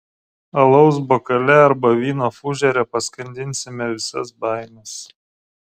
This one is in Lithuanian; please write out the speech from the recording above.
alaus bokale arba vyno fužere paskandinsime visas baimes